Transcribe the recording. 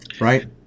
Right